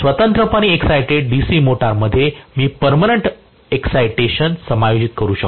स्वतंत्रपणे excited DC मोटरमध्ये मी पर्मनंट एक्साईटेशन समायोजित करू शकतो